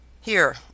Here